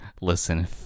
listen